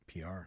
PR